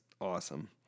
awesome